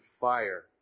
fire